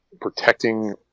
protecting